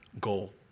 goal